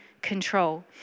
control